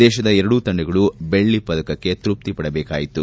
ದೇಶದ ಎರಡೂ ತಂಡಗಳು ಬೆಳ್ಳಪದಕಕ್ಕೆ ತೃಪ್ತಿಪಡದೇಕಾಯಿತು